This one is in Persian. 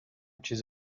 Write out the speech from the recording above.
چیز